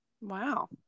Wow